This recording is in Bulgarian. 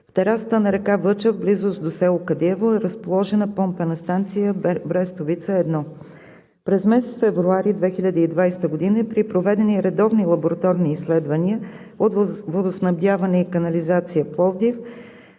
На терасата на река Въча, в близост до село Кадиево, е разположена Помпена станция „Брестовица – 1“. През месец февруари 2020 г. и при проведени редовни лабораторни изследвания от „Водоснабдяване и канализация“ – Пловдив,